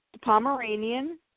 Pomeranian